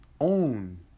own